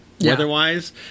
weather-wise